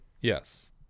yes